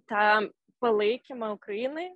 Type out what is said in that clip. tą palaikymą ukrainai